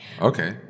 Okay